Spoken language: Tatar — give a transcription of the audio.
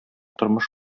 тормыш